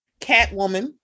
Catwoman